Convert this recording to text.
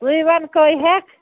ژٕے وَن کٔہۍ ہٮ۪کھ